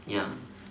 ya